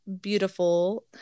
beautiful